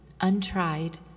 untried